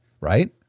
right